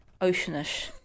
oceanish